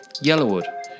Yellowwood